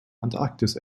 antarktis